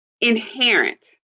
inherent